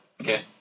Okay